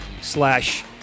slash